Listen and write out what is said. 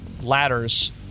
ladders